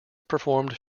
performed